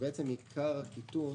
הקיטון